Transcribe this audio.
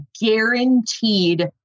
guaranteed